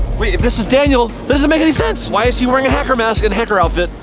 wait if this is daniel, this is make any sense. why is he wearing a hacker mask and hacker outfit?